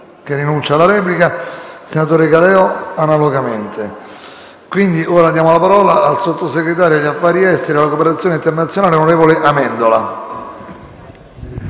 Grazie